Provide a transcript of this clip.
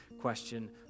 question